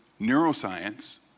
neuroscience